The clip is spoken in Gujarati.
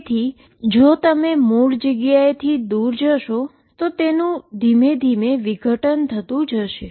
તેથી કે તમે જો મુળ જગ્યાએથી દુર જશો તેમ તેનું ડીકે થતું જશે